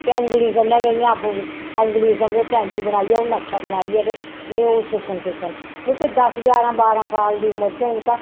ते औंगली कन्नै गै आपूं औंगली समझो कैंची बनाइयै ओह् नक्शा बनाइयै ते में ओह् सुत्थन सुत्थन मीं कोई दस जारां बारां साल दी उम्र च होङ ता